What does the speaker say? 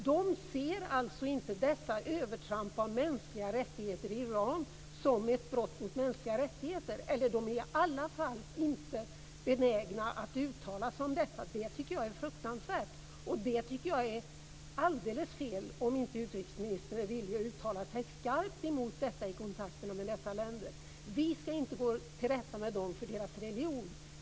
De ser alltså inte dessa övertramp av mänskliga rättigheter i Iran som ett brott mot mänskliga rättigheter. De är i alla fall inte benägna att uttala sig om detta. Detta tycker jag är fruktansvärt. Det tycker jag är alldeles fel om inte utrikesministern är villig att uttala sig skarpt emot detta i kontakterna med dessa länder. Vi ska inte gå till rätta med dem för deras religion.